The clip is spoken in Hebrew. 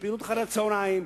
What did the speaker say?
ופעילות אחר-הצהריים,